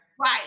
Right